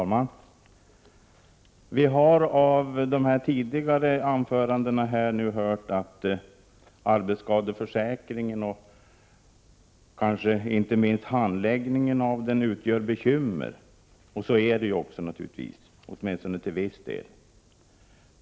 Fru talman! Vi har i tidigare anföranden hört att arbetsskadeförsäkringen och inte minst handläggningen av den utgör bekymmer. Så är det också, åtminstone till viss del.